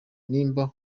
nimba